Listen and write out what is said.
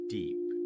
deep